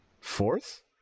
fourth